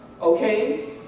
Okay